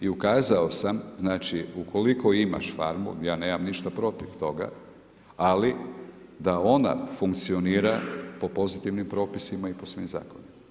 I ukazao sam znači, ukoliko imaš farmu, ja nemam ništa protiv toga, ali da ona funkcionira po pozitivnim propisima i po svim zakonima.